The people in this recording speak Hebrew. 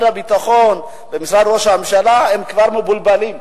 הביטחון ובמשרד ראש הממשלה כבר מבולבלים.